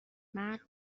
مرد